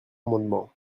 amendement